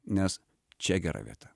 nes čia gera vieta